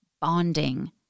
bonding